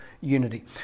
unity